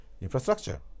infrastructure